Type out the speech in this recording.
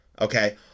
Okay